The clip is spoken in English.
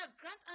grant